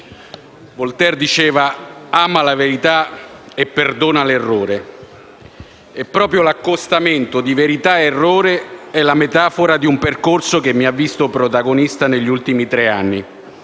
Voltaire diceva: «Ama la verità e perdona l'errore». E proprio l'accostamento di verità ed errore è la metafora di un percorso che mi ha visto protagonista negli ultimi tre anni.